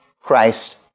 Christ